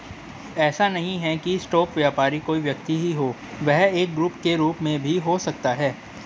ऐसा नहीं है की स्टॉक व्यापारी कोई व्यक्ति ही हो वह एक ग्रुप के रूप में भी हो सकता है